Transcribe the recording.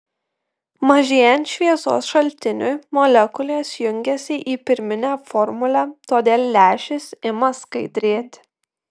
mažėjant šviesos šaltiniui molekulės jungiasi į pirminę formulę todėl lęšis ima skaidrėti